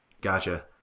gotcha